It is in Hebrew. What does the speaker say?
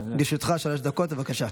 לרשותך שלוש דקות, בבקשה.